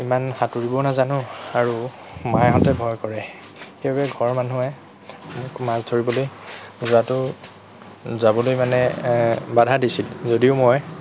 ইমান সাঁতুৰিবও নাজানো আৰু মাহঁতে ভয় কৰে সেইবাবে ঘৰৰ মানুহে মোক মাছ ধৰিবলৈ যোৱাটো যাবলৈ মানে বাধা দিছিল যদিও মই